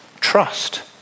trust